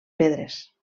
pedres